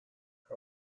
her